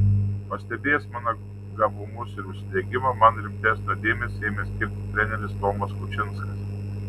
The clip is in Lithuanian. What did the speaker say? pastebėjęs mano gabumus ir užsidegimą man rimtesnio dėmesio ėmė skirti treneris tomas kučinskas